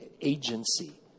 agency